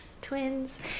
twins